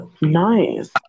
Nice